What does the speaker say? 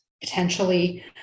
potentially